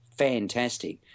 fantastic